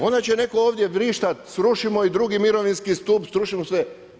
Onda će netko ovdje vrištat, srušimo i drugi mirovinski stup, srušimo sve.